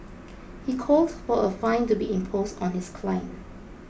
he called for a fine to be imposed on his client